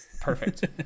perfect